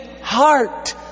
heart